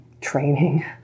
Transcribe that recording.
training